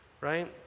right